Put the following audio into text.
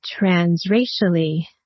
transracially